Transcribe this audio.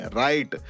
right